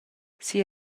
sia